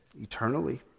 eternally